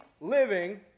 living